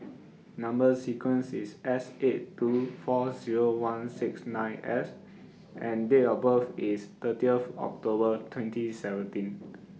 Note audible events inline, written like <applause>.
Number sequence IS S eight two four Zero one six nine S and Date of birth IS thirtieth October twenty seventeen <noise>